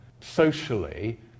socially